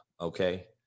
Okay